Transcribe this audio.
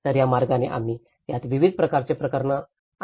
तर त्या मार्गाने आम्ही त्यात विविध प्रकारची प्रकरणे आणली